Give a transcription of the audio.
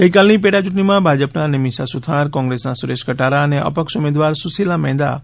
ગઇકાલની પેટાચૂંટણીમાં ભાજપના નિમીષા સુથાર કોંગ્રેસના સુરેશ કટારા અને અપક્ષ ઉમેદવાર સુશીલા મૈંડા ઉમેદવાર હતા